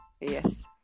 Yes